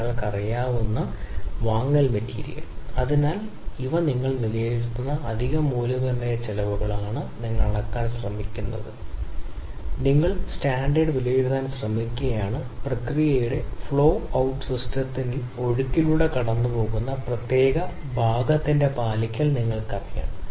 നിങ്ങൾ വ്യക്തമായും ഒരു കൈ കുറഞ്ഞ ഉൽപാദനച്ചെലവ് അനുവദിക്കുന്നു അതിനർത്ഥം നിങ്ങൾക്ക് വളരെയധികം നിയന്ത്രണം ഇല്ലെന്നാണ് പ്രത്യേക തലങ്ങളിലെ ശബ്ദ ഘടകം